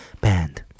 band